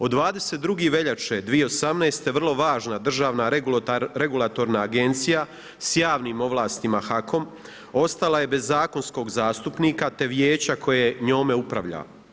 Od 22. veljače 2018. vrlo važna državna regulatorna agencija s javnim ovlastima HAKOM, ostala je bez zakonskog zastupnika te vijeća koje njome upravlja.